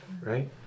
right